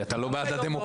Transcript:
כי אתה לא בעד הדמוקרטיה,